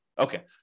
Okay